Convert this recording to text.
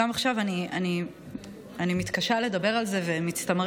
גם עכשיו אני מתקשה לדבר על זה ומצטמררת,